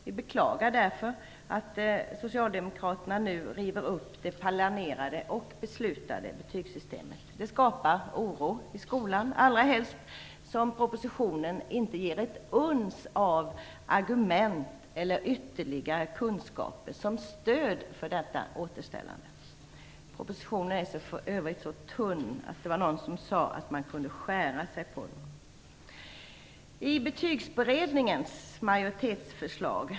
Vi beklagar därför att socialdemokraterna nu river upp det planerade och beslutade betygssystemet. Det skapar oro i skolan, allra helst som propositionen inte ger ett uns av argument eller ytterligare kunskaper till stöd för detta återställande. Propositionen är så tunn att någon har sagt att man kan skära sig på den.